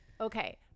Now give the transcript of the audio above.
Okay